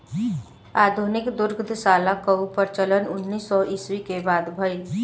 आधुनिक दुग्धशाला कअ प्रचलन उन्नीस सौ ईस्वी के बाद भइल